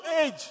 age